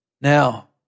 Now